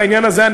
בעניין הזה,